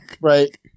right